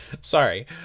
Sorry